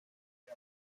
der